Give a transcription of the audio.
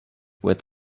with